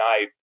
knife